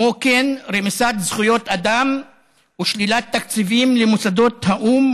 וכן רמיסת זכויות אדם ושלילת תקציבים למוסדות האו"ם,